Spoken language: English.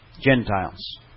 Gentiles